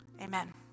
Amen